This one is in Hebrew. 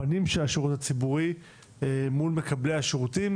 הפנים של השירות הציבורי מול מקבלי השירותים,